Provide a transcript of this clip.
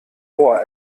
rohr